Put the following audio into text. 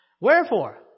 Wherefore